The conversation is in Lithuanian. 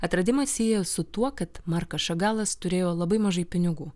atradimą sieja su tuo kad markas šagalas turėjo labai mažai pinigų